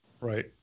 Right